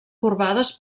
corbades